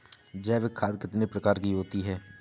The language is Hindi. जैविक खाद कितने प्रकार की होती हैं?